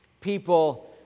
People